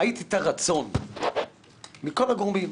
ראיתי את הרצון מכל הגורמים,